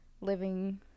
living